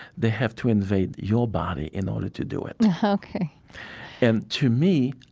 they have to invade your body in order to do it ok and to me,